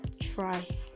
Try